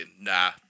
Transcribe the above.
Nah